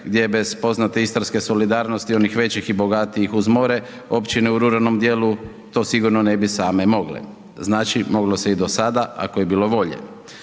gdje bez poznate istarske solidarnosti onih većih i bogatijih uz more općine u ruralnom dijelu to sigurno ne bi same mogle. Znači moglo se i do sada ako je bilo volje.